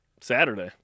Saturday